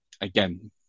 Again